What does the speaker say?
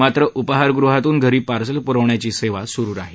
मात्र उपाहारगृहातून घरी पार्सल पुरवण्याची सेवा चालू राहील